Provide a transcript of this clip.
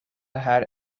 has